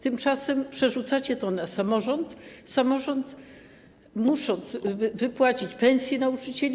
Tymczasem przerzucacie to na samorząd, samorząd musi wypłacić pensje nauczycielom.